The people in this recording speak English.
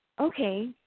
okay